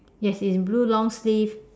yes in blue long sleeve